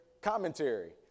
commentary